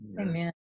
Amen